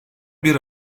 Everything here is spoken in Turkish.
bir